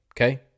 okay